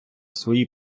свої